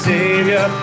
Savior